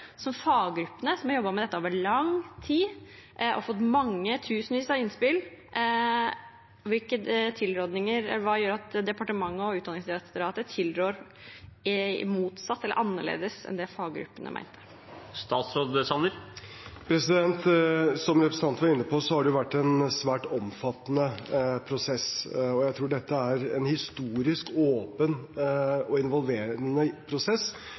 gjør. Faggruppene har jobbet med dette over lang tid og fått tusenvis av innspill. Hva gjør at departementet og Utdanningsdirektoratet tilrår annerledes enn det faggruppene mener? Som representanten var inne på, har det vært en svært omfattende prosess. Jeg tror dette er en historisk åpen og involverende prosess